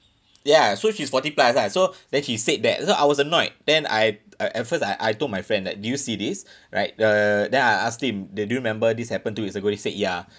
ya so she's forty plus ah so then she said that so I was annoyed then I at at first I I told my friend that do you see this right uh then I asked him d~ do you remember this happened two weeks ago he said ya